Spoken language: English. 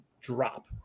drop